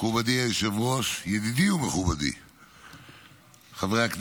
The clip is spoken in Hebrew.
מכובדי היושב-ראש, ידידי ומכובדי, תלמידך.